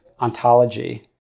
ontology